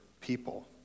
people